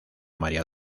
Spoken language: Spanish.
maría